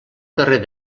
carrer